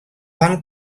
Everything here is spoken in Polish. pan